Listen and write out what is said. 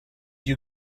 you